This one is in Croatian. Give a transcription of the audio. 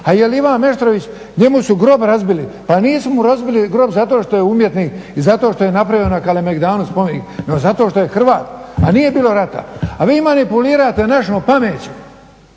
a jel ima Meštrović, njemu su grob razbili, pa nisu mu razbili grob zato što je umjetni i zato što je napravio na Kalemegdanu spomenik no zato što je Hrvat a nije bilo rata, a vi manipulirate našom pameću